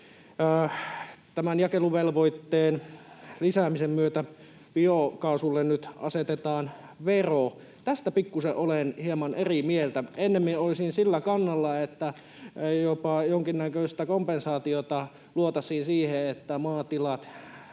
Tämän jakeluvelvoitteen lisäämisen myötä biokaasulle nyt asetetaan vero. Tästä pikkusen olen hieman eri mieltä. Ennemmin olisin sillä kannalla, että jopa jonkinnäköistä kompensaatiota luotaisiin siihen, että maatilat